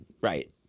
right